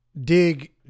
dig